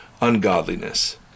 Ungodliness